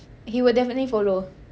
he will definitely follow